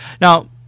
Now